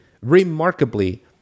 remarkably